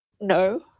No